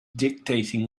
dictating